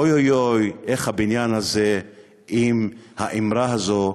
אוי, אוי, אוי, איך הבניין הזה עם האמרה הזו,